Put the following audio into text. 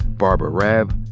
barbara raab,